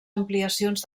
ampliacions